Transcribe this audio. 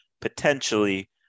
potentially